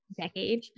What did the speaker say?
decade